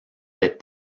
les